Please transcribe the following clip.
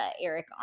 Eric